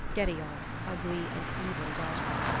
gerriod's ugly and evil daughter.